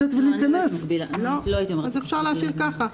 אז אפשר להשאיר כך.